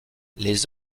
les